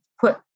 put